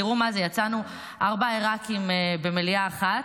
תראו מה זה, יצאנו ארבעה עיראקים במליאה אחת.